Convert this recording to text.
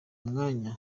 umwanya